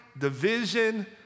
division